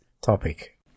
topic